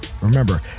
Remember